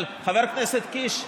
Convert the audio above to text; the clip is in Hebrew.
אבל חבר הכנסת קיש,